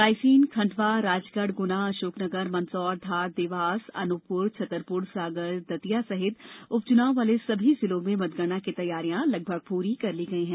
रायसेन खंडवा राजगढ गुना अशोकनगर मंदसौर धार देवास अनूपपुर छतरपुर सागर दतिया सहित उपचुनाव वाले सभी जिलों में मतगणना की तैयारियां पूरी कर ली गई हैं